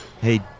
Hey